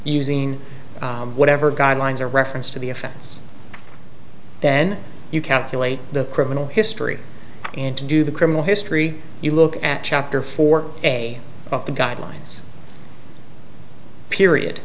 using whatever guidelines a reference to the offense then you calculate the criminal history and to do the criminal history you look at chapter four a of the guidelines period